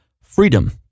freedom